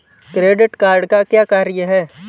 Credit card का क्या कार्य है?